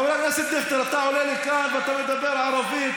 חבר הכנסת דיכטר, אתה עולה לכאן ואתה מדבר ערבית,